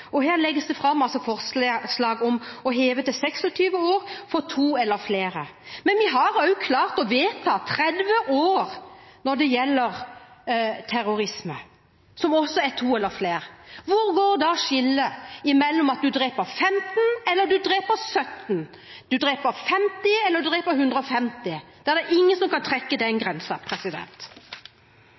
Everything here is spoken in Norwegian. og her legges det altså fram forslag om å heve til 26 år for to eller flere. Men vi har også klart å vedta 30 år når det gjelder terrorisme, som også er to eller flere. Hvor går da skillet mellom å drepe 15 og 17, eller mellom å drepe 50 og 150? Det er ingen som kan trekke den